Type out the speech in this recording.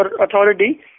authority